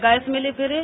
gas मिली free